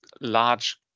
large